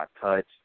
Touch